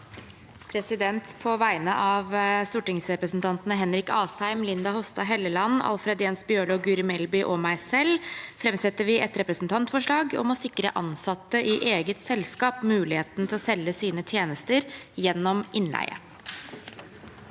På vegne av stor- tingsrepresentantene Henrik Asheim, Linda Hofstad Helleland, Alfred Jens Bjørlo, Guri Melby og meg selv vil jeg framsette et representantforslag om å sikre ansatte i eget selskap muligheten til å selge sine tjenester gjennom innleie.